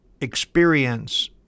experience